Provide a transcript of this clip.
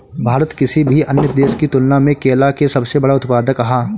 भारत किसी भी अन्य देश की तुलना में केला के सबसे बड़ा उत्पादक ह